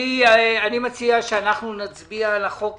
אני מציע שנצביע על הצעת החוק.